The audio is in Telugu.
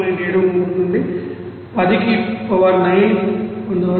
73 నుండి 10 కి పవర్ 9 కి పొందవచ్చు